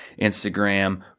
Instagram